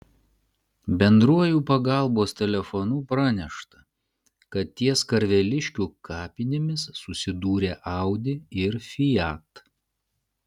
bendruoju pagalbos telefonu pranešta kad ties karveliškių kapinėmis susidūrė audi ir fiat